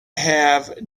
have